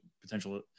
potential